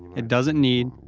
it doesn't need,